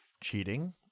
cheating